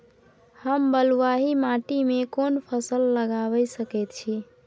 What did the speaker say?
हम बलुआही माटी में कोन फसल लगाबै सकेत छी?